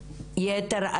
המידה,